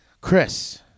Chris